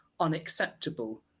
unacceptable